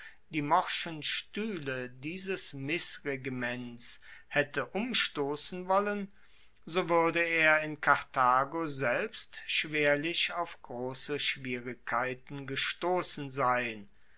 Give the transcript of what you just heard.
die morschen stuehle dieses missregiments haette umstossen wollen so wuerde er in karthago selbst schwerlich auf grosse schwierigkeiten gestossen sein